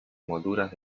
molduras